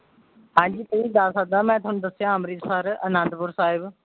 ਹਾਂਜੀ ਕੋਈ ਵੀ ਜਾ ਸਕਦਾ ਮੈਂ ਤੁਹਾਨੂੰ ਦੱਸਿਆ ਅੰਮ੍ਰਿਤਸਰ ਅਨੰਦਪੁਰ ਸਾਹਿਬ